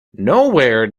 nowhere